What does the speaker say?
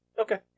Okay